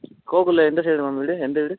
கோக்குடியில் எந்த side ma'am வீடு எந்த வீடு